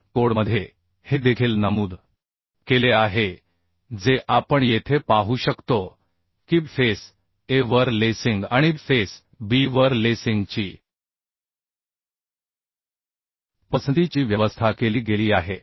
तर कोडमध्ये हे देखील नमूद केले आहे जे आपण येथे पाहू शकतो की फेस A वर लेसिंग आणि फेस B वर लेसिंगची पसंतीची व्यवस्था केली गेली आहे